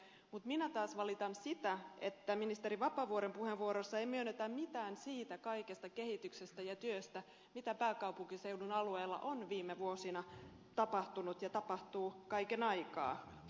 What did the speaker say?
mutta minä taas valitan sitä että ministeri vapaavuoren puheenvuorossa ei myönnetä mitään siitä kaikesta kehityksestä ja työstä mitä pääkaupunkiseudun alueella on viime vuosina tapahtunut ja tapahtuu kaiken aikaa